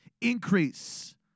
increase